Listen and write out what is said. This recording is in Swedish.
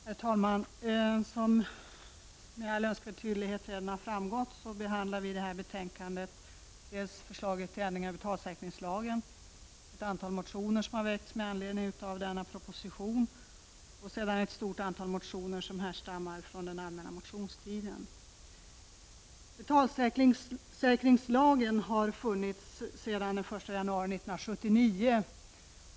Herr talman! Som med all önskvärd tydlighet redan framgått behandlar detta betänkande förslag till ändringar i betalningssäkringslagen, ett antal motioner som väckts med anledning av denna proposition och sedan ett stort antal motioner som härstammar från den allmänna motionstiden. Betalningssäkringslagen har funnits sedan den 1 januari 1979.